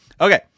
Okay